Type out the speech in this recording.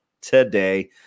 today